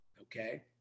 okay